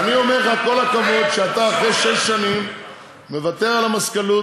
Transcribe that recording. ואני אומר לך כל הכבוד שאתה אחרי שש שנים מוותר על המזכ"לות,